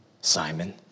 Simon